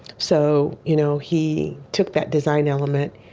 so, you know, he took that design element,